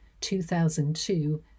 2002